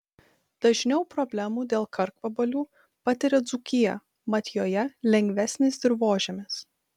dažniau problemų dėl karkvabalių patiria dzūkija mat joje lengvesnis dirvožemis